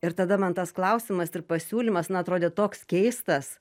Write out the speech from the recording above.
ir tada man tas klausimas ir pasiūlymas na atrodė toks keistas